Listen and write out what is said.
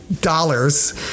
dollars